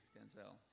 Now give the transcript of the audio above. Denzel